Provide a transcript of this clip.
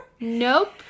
Nope